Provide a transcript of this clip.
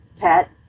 pet